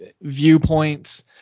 viewpoints